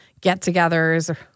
get-togethers